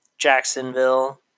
Jacksonville